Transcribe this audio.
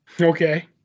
Okay